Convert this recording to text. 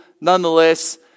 Nonetheless